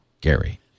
Gary